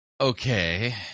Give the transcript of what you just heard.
Okay